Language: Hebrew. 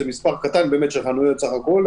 זה מספר קטן של חנויות בסך הכול,